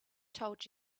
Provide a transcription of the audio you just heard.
told